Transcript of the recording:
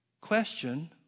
question